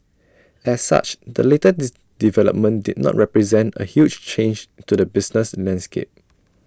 as such the latest development did not represent A huge change to the business landscape